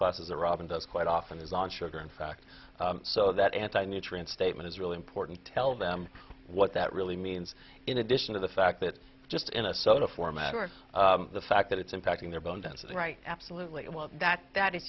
classes the robin does quite often is on sugar in fact so that anti nutrients statement is really important tell them what that really means in addition to the fact that it's just in a soda format or the fact that it's impacting their bone density right absolutely that that is